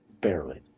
barely